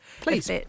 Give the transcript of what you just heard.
Please